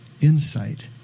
insight